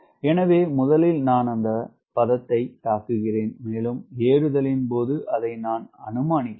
எனவே முதலில் நான் அந்த பதத்தை தாக்குகிறேன் மேலும் ஏறுதலின் போது அதை நான் அனுமானிக்கிறேன்